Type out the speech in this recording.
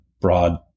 broad